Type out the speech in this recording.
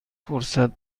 فرصت